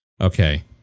Okay